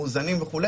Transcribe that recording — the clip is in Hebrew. הם מאוזנים וכו',